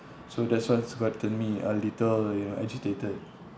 so that's what's gotten me a little you know agitated